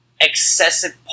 excessive